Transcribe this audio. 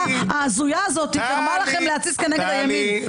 ההזויה הזאת גרמה לכם להתסיס כנגד הימין.